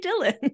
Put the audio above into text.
dylan